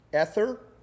Ether